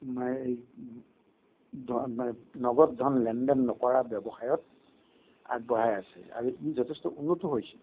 নগদ ধন লেন দেন নকৰা ব্যৱসায়ত আগবঢ়াই আছে আৰু ই যথেষ্ট উন্নত হৈছে